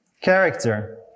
character